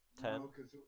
Ten